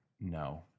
No